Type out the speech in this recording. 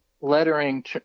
lettering